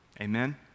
amen